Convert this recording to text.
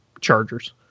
chargers